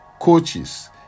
coaches